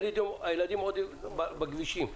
הילדים עוד בכבישים.